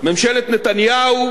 ממשלת נתניהו,